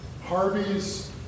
Harvey's